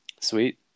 Sweet